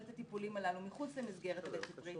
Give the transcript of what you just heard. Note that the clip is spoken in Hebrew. את הטיפולים הללו מחוץ למסגרת הבית-ספרית,